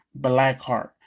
blackheart